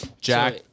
Jack